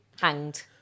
Hanged